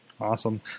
Awesome